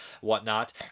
whatnot